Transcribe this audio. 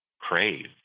crave